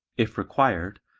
if required,